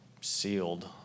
sealed